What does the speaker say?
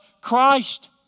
Christ